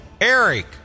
eric